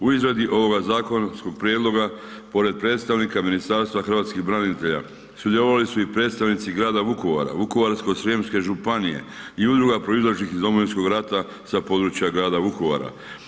U izradi ovog zakonskog prijedloga, pored predstavnika Ministarstva hrvatskih branitelja, sudjelovali su i predstavnici grada Vukovara, Vukovarsko-srijemske županije i udruga proizašlih iz Domovinskog rata sa područja grada Vukovara.